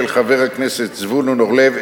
של חבר הכנסת זבולון אורלב,